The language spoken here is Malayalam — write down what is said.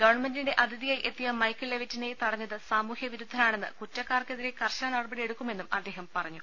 ഗവൺമെന്റിന്റെ അതിഥിയായി എത്തിയ മൈക്കൽ ലെവിറ്റിനെ തടഞ്ഞത് സമൂഹ്യ വിരുദ്ധരാണെന്നു കുറ്റക്കാർക്കെതിരെ കർശന നടപടിയെടുക്കുമെന്നും അദ്ദഹം പറഞ്ഞു